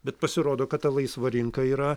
bet pasirodo kad ta laisva rinka yra